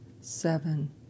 seven